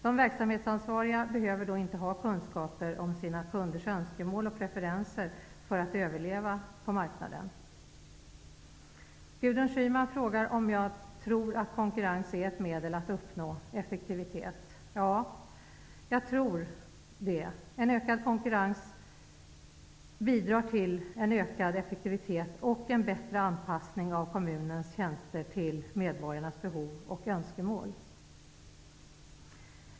De verksamhetsansvariga behöver då inte ha kunskaper om sina kunders önskemål och preferenser för att överleva på marknaden. Gudrun Schyman frågar om jag tror att konkurrens är ett medel för att uppnå effektivitet. Ja, det tror jag. En ökad konkurrens bidrar till ökad effektivitet och en bättre anpassning av kommunernas tjänster till medborgarnas behov och önskemål.